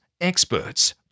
experts